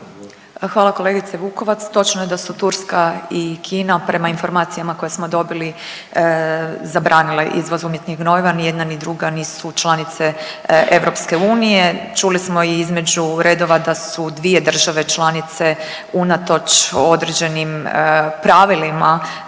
Hvala kolegice Vukovac, točno je da su Turska i Kina prema informacijama koje smo dobili zabranile izvoz umjetnih gnojiva. Ni jedna, ni druga nisu članice EU. Čuli smo i između redova da su dvije države članice unatoč određenim pravilima